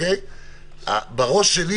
בראש שלי